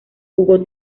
jugó